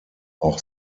auch